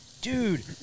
Dude